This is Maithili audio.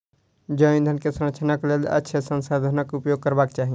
जैव ईंधन के संरक्षणक लेल अक्षय संसाधनाक उपयोग करबाक चाही